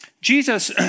Jesus